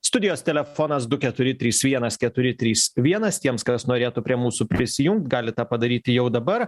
studijos telefonas du keturi trys vienas keturi trys vienas tiems kas norėtų prie mūsų prisijungt gali tą padaryti jau dabar